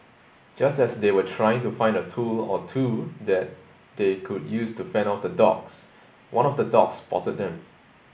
just as they were trying to find a tool or two that they could use to fend off the dogs one of the dogs spotted them